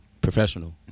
professional